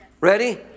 Ready